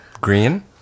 green